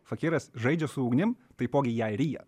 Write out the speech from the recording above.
fakyras žaidžia su ugnim taipogi ją ryja